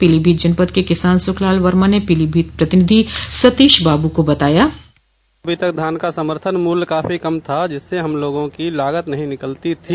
पीलीभीत जनपद के किसान सुखलाल वर्मा ने पीलीभीत प्रतिनिधि सतीश बाबू को बताया अभी तक धान का समर्थन मूल्य काफी कम था जिससे हम लोगों की लागत नहीं निकलती थी